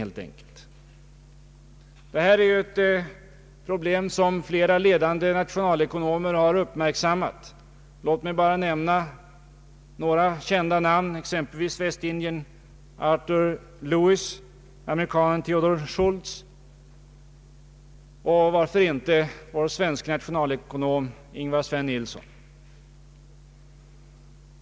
Det här är ett problem som flera ledande nationalekonomer har uppmärksammat. Låt mig bara nämna några kända namn, exempelvis västindiern Arthur Lewis, amerikanen Theodore Schultz och varför inte vår svenske nationalekonom Ingvar Svennilsson.